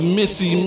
Missy